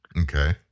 Okay